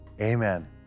Amen